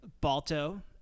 Balto